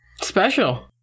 Special